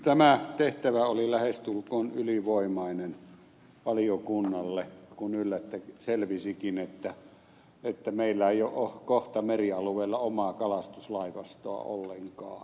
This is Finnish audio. tämä tehtävä oli lähes tulkoon ylivoimainen valiokunnalle kun yllättäen selvisikin että meillä ei ole kohta merialueilla omaa kalastuslaivastoa ollenkaan